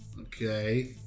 okay